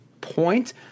point